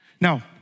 Now